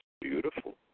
Beautiful